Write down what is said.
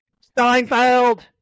Steinfeld